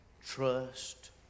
trust